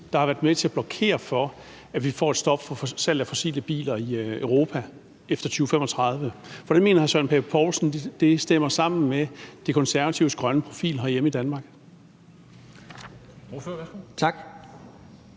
der har været med til at blokere for, at vi får et stop for salg af fossilbiler i Europa efter 2035, og hvordan mener hr. Søren Pape Poulsen det stemmer overens med De Konservatives grønne profil herhjemme i Danmark?